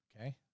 okay